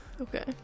Okay